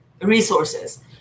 resources